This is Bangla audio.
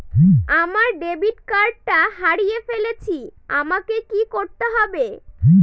আমার ডেবিট কার্ডটা হারিয়ে ফেলেছি আমাকে কি করতে হবে?